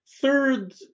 Third